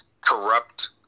corrupt